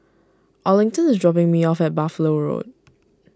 Arlington is dropping me off at Buffalo Road